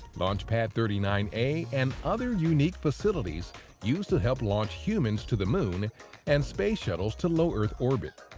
launch pad thirty nine a, and other unique facilities used to help launch humans to the moon and space shuttles to low-earth orbit.